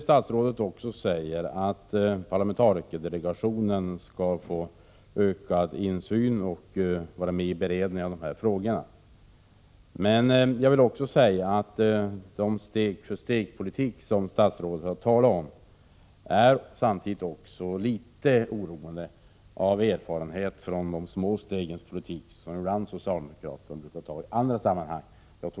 Statsrådet säger att parlamentarikerdelegationen skall få ökad insyn och vara med i beredningen av dessa frågor. Det är bra. Men den steg-för-stegpolitik som statsrådet här talat om samtidigt är litet oroande, med erfarenhet av de små stegens politik som socialdemokraterna ibland talar om i andra sammanhang.